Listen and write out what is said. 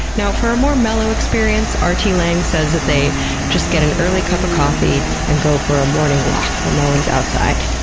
now, for a more mellow experience, art t lang says that they just get an early cup of coffee and go for a morning walk while no one is outside.